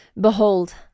Behold